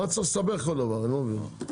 לא צריך לסבך כל דבר אני לא מבין.